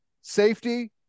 safety